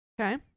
okay